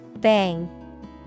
Bang